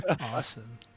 Awesome